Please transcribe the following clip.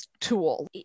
tool